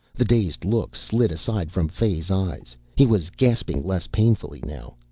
the dazed look slid aside from fay's eyes. he was gasping less painfully now.